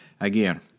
again